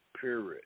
period